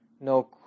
no